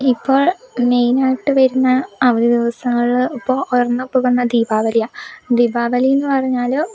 ഇപ്പോൾ മെയിനായിട്ട് വരുന്ന അവധി ദിവസങ്ങളില് ഇപ്പോൾ ഒരെണ്ണം ഇപ്പം വന്നാൽ ദീപാവലിയാണ് ദീപാവലി എന്ന് പറഞ്ഞാല്